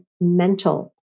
mental